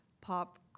pop